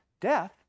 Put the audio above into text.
Death